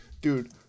Dude